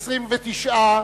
29,